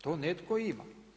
To netko ima.